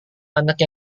anak